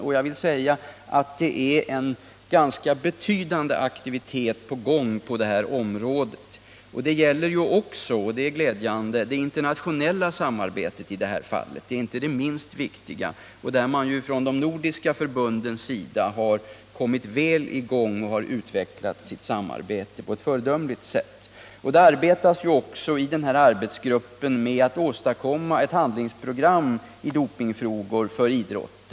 Det är en ganska betydande aktivitet på gång. Det gäller också — och det är glädjande — det internationella samarbetet, vilket inte är minst viktigt. De nordiska förbunden har kommit i gång bra och har utvecklat sitt samarbete på ett föredömligt sätt. RF:s arbetsgrupp arbetar på att åstadkomma ett handlingsprogram i dopingfrågor inom idrotten.